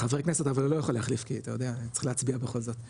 חבר כנסת אבל לא הוא לא יכול להחליף כי אתה יודע צריך להצביע בכל זאת.